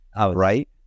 Right